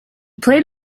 played